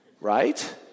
right